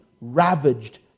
ravaged